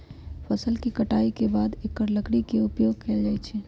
फ़सल के कटाई के बाद एकर लकड़ी के उपयोग कैल जाइ छइ